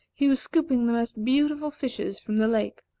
he was scooping the most beautiful fishes from the lake,